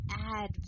add